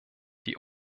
die